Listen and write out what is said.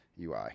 ui